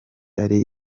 ari